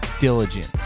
diligence